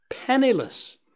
penniless